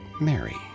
Mary